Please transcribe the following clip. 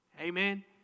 Amen